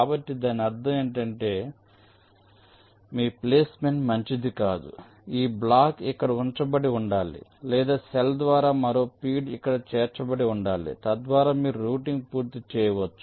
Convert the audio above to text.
కాబట్టి దాని అర్థం ఏమిటి అంటే మీ ప్లేస్మెంట్ మంచిది కాదు ఈ బ్లాక్ ఇక్కడ ఉంచబడి ఉండాలి లేదా సెల్ ద్వారా మరో ఫీడ్ ఇక్కడ చేర్చబడి ఉండాలి తద్వారా మీరు రౌటింగ్ పూర్తి చేయవచ్చు